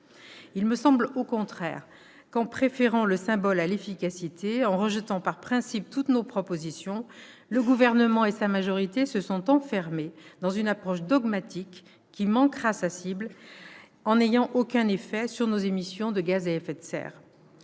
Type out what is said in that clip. Il me semble au contraire qu'en préférant le symbole à l'efficacité, en rejetant par principe toutes nos propositions, le Gouvernement et sa majorité se sont enfermés dans une approche dogmatique qui manquera sa cible, en n'ayant aucun effet sur nos émissions de gaz à effet de serre.